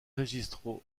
registro